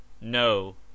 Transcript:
No